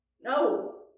no